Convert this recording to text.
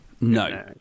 No